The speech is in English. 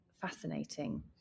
fascinating